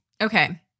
okay